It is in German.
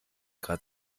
grad